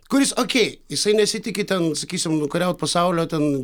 kuris okei jisai nesitiki ten sakysim nukariaut pasaulio ten